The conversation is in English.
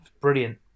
Brilliant